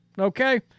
Okay